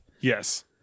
Yes